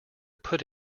put